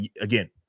Again